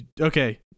okay